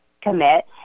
commit